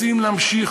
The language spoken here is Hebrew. רוצים להמשיך,